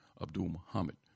Abdul-Muhammad